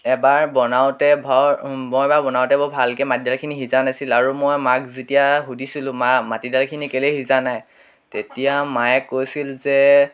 এবাৰ বনাওঁতে বৰ মই এবাৰ বনাওঁতে বৰ ভালকে মাটিদাইলখিনি সিজা নাছিল আৰু মই মাক যেতিয়া সুধিছিলোঁ মা মাটিদাইলখিনি কেলে সিজা নাই তেতিয়া মায়ে কৈছিল যে